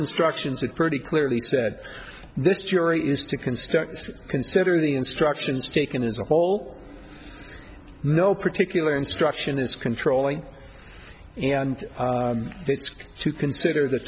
instructions it pretty clearly said this jury is to construct consider the instructions taken as a whole no particular instruction is controlling and it's to consider the